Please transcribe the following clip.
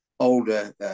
older